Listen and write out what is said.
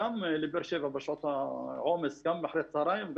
לבאר שבע בשעות העומס בבוקר ואחר הצהריים.